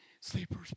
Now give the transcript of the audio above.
Sleeper's